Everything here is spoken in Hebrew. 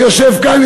שיושב כאן,